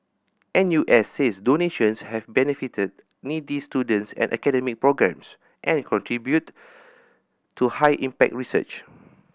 N U S says donations have benefited needy students and academic programmes and contributed to high impact research